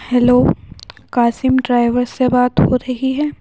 hello Qasim driver سے بات ہو رہی ہے